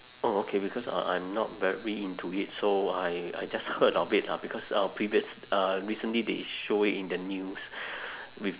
oh okay because uh I'm not very into it so I I just heard of it ah because uh previous uh recently they show it in the news with